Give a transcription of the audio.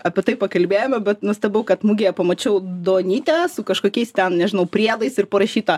apie tai pakalbėjome bet nustebau kad mugėje pamačiau duonytę su kažkokiais ten nežinau priedais ir parašyta